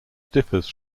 differs